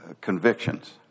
Convictions